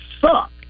suck